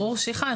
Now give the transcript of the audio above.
ברור שהיא חלה.